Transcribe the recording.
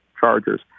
chargers